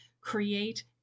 create